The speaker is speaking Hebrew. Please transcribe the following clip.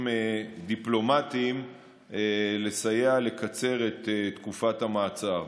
דיפלומטיים לסייע לקצר את תקופת המאסר.